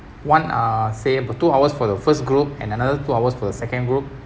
one uh say about two hours for the first group and another two hours for the second group